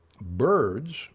Birds